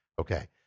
okay